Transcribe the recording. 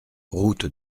route